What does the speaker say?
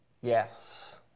Yes